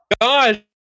God